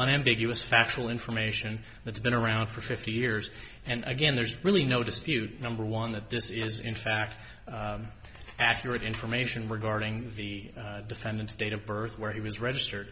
unambiguous factual information that's been around for fifty years and again there's really no dispute number one that this is in fact accurate information regarding the defendant's date of birth where he was registered